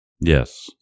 Yes